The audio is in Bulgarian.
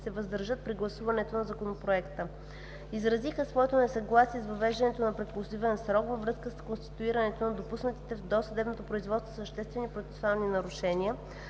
се въздържат при гласуването на Законопроекта. Те изразиха своето несъгласие с въвеждането на преклузивен срок във връзка с констатирането на допуснати в досъдебното производство съществени процесуални нарушения,